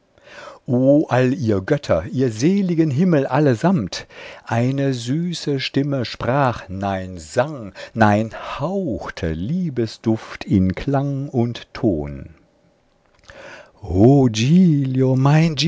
o all ihr götter ihr seligen himmel allesamt eine süße stimme sprach nein sang nein hauchte liebesduft in klang und ton